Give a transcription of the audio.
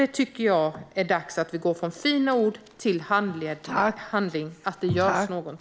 Jag tycker att det är dags att vi går från fina ord till handling så att det görs någonting.